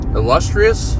illustrious